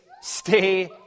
stay